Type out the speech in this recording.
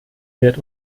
wird